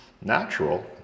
natural